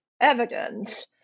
evidence